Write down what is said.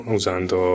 usando